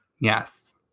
Yes